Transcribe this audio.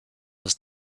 was